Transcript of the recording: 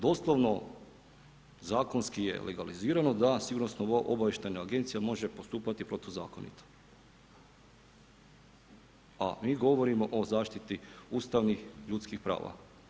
Doslovno zakonski je legalizirano da Sigurnosno-obavještajna agencija može postupati protuzakonito, a mi govorimo o zaštiti ustavnih ljudskih prava.